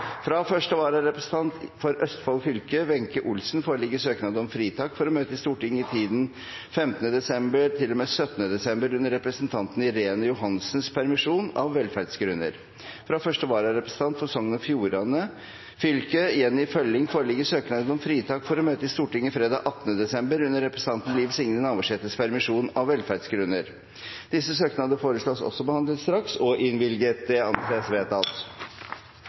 Fra første vararepresentant for Østfold fylke, Wenche Olsen, foreligger søknad om fritak for å møte i Stortinget i tiden 15. desember til og med 17. desember under representanten Irene Johansens permisjon, av velferdsgrunner. Fra første vararepresentant for Sogn og Fjordane fylke, Jenny Følling, foreligger søknad om fritak for å møte i Stortinget fredag 18. desember under representanten Liv Signe Navarsetes permisjon, av velferdsgrunner. Etter forslag fra presidenten ble enstemmig besluttet: Søknadene behandles straks og